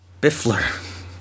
biffler